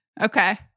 Okay